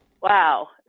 wow